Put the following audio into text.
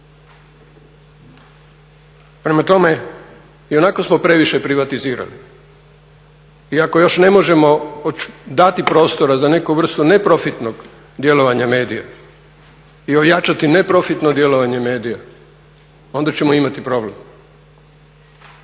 Prema tome, ionako smo previše privatizirali i ako još ne možemo dati prostora za neku vrstu neprofitnog djelovanja medija i ojačati neprofitno djelovanje medija onda ćemo imati problem.